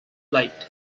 light